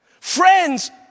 Friends